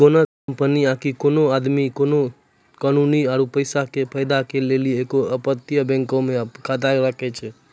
कोनो कंपनी आकि कोनो आदमी कानूनी आरु पैसा के फायदा के लेली एगो अपतटीय बैंको मे खाता राखै छै